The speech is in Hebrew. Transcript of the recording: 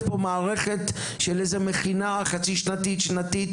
פה מערכת של מכינה חצי-שנתית או שנתית,